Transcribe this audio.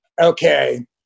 Okay